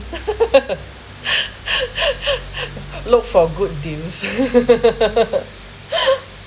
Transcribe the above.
look for good deals